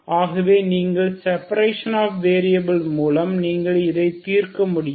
ஆகவே நீங்கள் separation of variable மூலம் நீங்கள் இதை தீர்க்க முடியும்